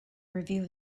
review